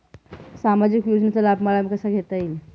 सामाजिक योजनेचा लाभ मला कसा घेता येईल?